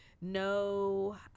no